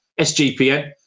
SGPN